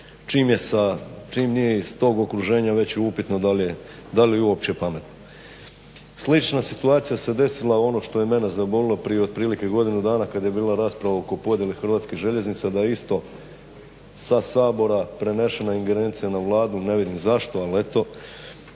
čim nije iz tog okruženja već je upitno da li je uopće pametno. Slična situacija se desila ono što je mene zabolilo prije otprilike godinu dana kada je bila rasprava oko podjele Hrvatskih željeznica da isto sa Sabora prenošena ingerencija na Vladu ne vidim zašto ali eto